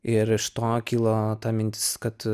ir iš to kilo mintis kad